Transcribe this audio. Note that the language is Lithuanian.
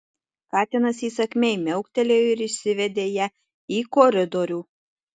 katinas įsakmiai miauktelėjo ir išsivedė ją į koridorių